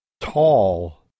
tall